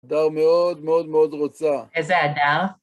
הדר מאוד מאוד מאוד רוצה. איזה הדר?